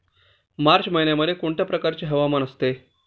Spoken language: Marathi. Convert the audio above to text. मार्च महिन्यामध्ये कोणत्या प्रकारचे हवामान असते?